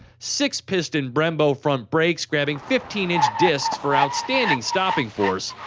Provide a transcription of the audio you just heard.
six piston brembo front brakes grabbing fifteen discs for outstanding stopping force,